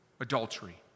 adultery